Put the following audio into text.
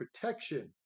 protection